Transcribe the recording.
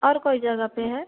और कोई जगह पर है